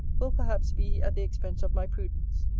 will perhaps be at the expense of my prudence.